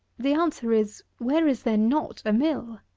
the answer is, where is there not a mill?